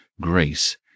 grace